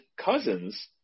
cousins